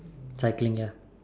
cycling ya